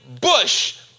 bush